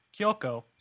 Kyoko